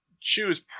choose